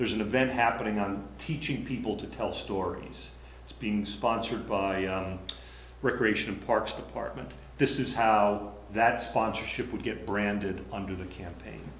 there's an event happening on teaching people to tell stories it's being sponsored by recreation parks department this is how that sponsorship would get branded under the campaign